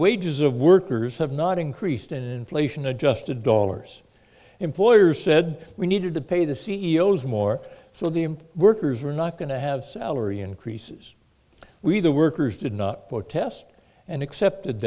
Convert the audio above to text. wages of workers have not increased and inflation adjusted dollars employers said we needed to pay the c e o s more so the workers were not going to have salary increases we the workers did not protest and accepted